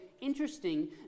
interesting